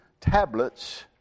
tablets